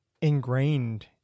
ingrained